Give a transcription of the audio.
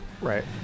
Right